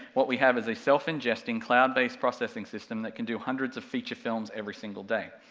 what we have is a self-ingesting cloud-based processing system that can do hundreds of feature films every single day.